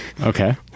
Okay